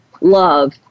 love